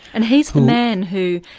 and he's the man who.